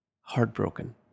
heartbroken